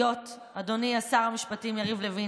אדוני שר המשפטים יריב לוין,